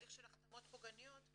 תהליך שלהחתמות פוגעניות,